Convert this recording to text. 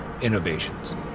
innovations